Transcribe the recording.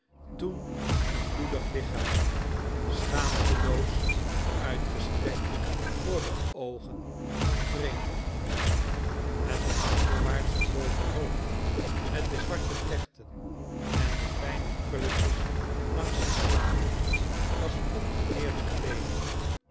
toen een bloedig lichaam schaamteloos uitgestrekt voor de oogen van vreemden het achterwaarts gebogen hoofd met de zwarte vlechten en de fijne krulletjes langs de slapen was ongedeerd gebleven